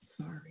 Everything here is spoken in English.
Sorry